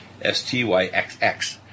STYXX